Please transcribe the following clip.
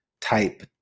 type